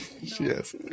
Yes